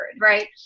right